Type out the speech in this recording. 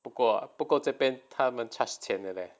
不够不够啊这边他们 charge 钱的 leh